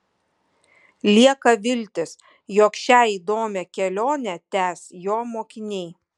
lieka viltis jog šią įdomią kelionę tęs jo mokiniai